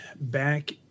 back